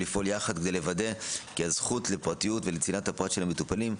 לפעול יחד כדי לוודא כי הזכות לפרטיות ולצנעת הפרט של המטופלים,